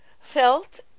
felt